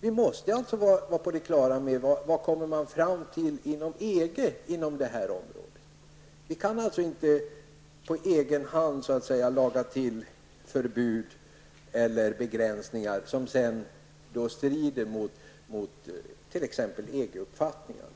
Vi måste vara på det klara med vad man kommer fram till inom EG på det här området. Vi kan inte på egen hand laga till förbud eller begränsningar som sedan strider mot t.ex. EG-uppfattningen.